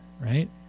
right